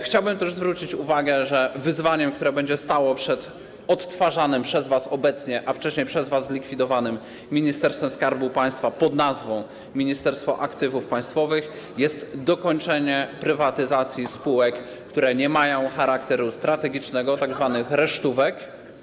Chciałbym też zwrócić uwagę, że wyzwaniem, które będzie stało przed odtwarzanym przez was obecnie, a wcześniej przez was zlikwidowanym, Ministerstwem Skarbu Państwa pn.: Ministerstwo Aktywów Państwowych, jest dokończenie prywatyzacji spółek, które nie mają charakteru strategicznego, tzw. resztówek.